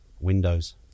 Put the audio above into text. Windows